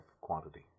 quantity